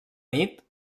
nit